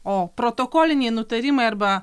o protokoliniai nutarimai arba